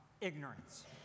ignorance